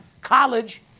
college